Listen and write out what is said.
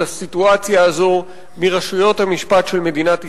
הסיטואציה הזאת מרשויות המשפט של מדינת ישראל.